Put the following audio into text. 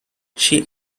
she